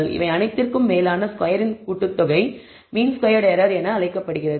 இவை அனைத்திற்கும் மேலான ஸ்கொயரின் கூட்டுத்தொகை மீன் ஸ்கொயர்ட் எரர் என்று அழைக்கப்படுகிறது